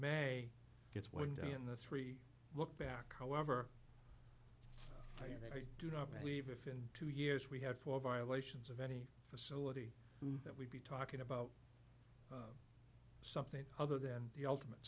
may gets wind in the three look back however that i do not believe if in two years we had four violations of any facility that we'd be talking about something other than the ultimate